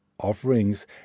offerings